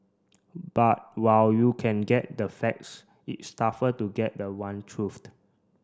but while you can get the facts it's tougher to get the one